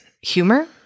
humor